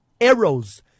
arrows